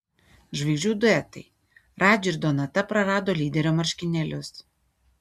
žvaigždžių duetai radži ir donata prarado lyderio marškinėlius